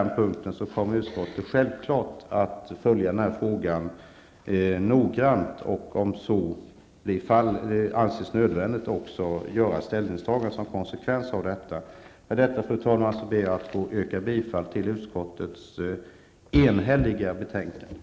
Utskottet kommer självfallet att följa denna fråga noggrant. Om några förändringar sker kommer utskottet, om så anses nödvändigt, att göra ställningstaganden som en konsekvens av detta. Fru talman! Med detta ber jag att få yrka bifall till utskottets enhälliga hemställan i betänkandet.